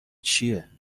چیه